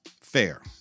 Fair